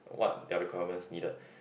what their requirements needed